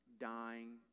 dying